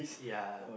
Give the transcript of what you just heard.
yeah